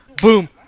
boom